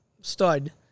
stud